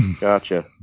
Gotcha